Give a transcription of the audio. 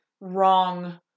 wrong